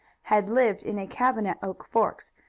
had lived in a cabin at oak forks,